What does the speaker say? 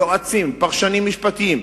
יועצים ופרשנים משפטיים,